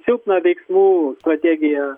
silpną veiksmų strategiją